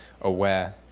aware